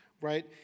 right